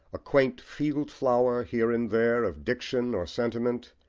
a quaint field-flower here and there of diction or sentiment,